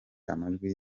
amajwi